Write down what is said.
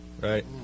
right